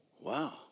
wow